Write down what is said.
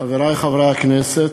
חברי חברי הכנסת,